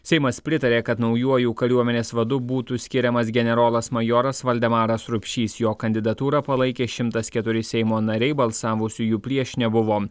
seimas pritarė kad naujuoju kariuomenės vadu būtų skiriamas generolas majoras valdemaras rupšys jo kandidatūrą palaikė šimtas keturi seimo nariai balsavusiųjų prieš nebuvo